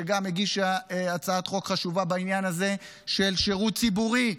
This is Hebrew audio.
שגם מגישה הצעת חוק חשובה בעניין הזה של שירות ציבורי,